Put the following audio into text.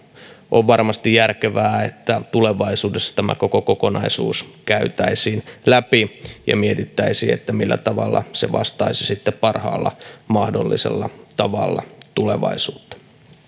on varmasti järkevää että tulevaisuudessa tämä koko kokonaisuus käytäisiin läpi ja mietittäisiin millä tavalla se vastaisi parhaalla mahdollisella tavalla tulevaisuutta